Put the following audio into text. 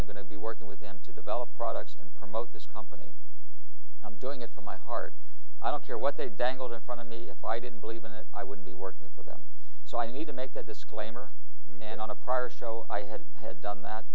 i'm going to be working with them to develop products and promote this company i'm doing it from my heart i don't care what they dangled in front of me if i didn't believe in it i would be working for them so i need to make that disclaimer and on a prior show i had had done that